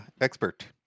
expert